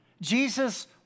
Jesus